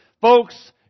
folks